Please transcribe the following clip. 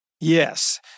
Yes